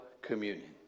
communion